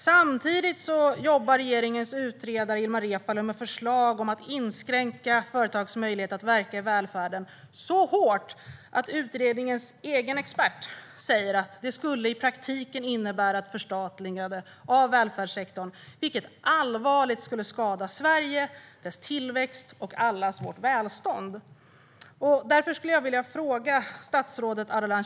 Samtidigt jobbar regeringens utredare Ilmar Reepalu med ett förslag om att inskränka företags möjlighet att verka i välfärden som är så hårt att utredningens egen expert säger att det i praktiken skulle innebära ett förstatligande av välfärdssektorn, vilket allvarligt skulle skada Sverige, dess tillväxt och allas vårt välstånd. Redan i dag är vi många som är oroliga.